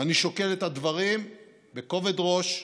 אני שוקל הדברים בכובד ראש,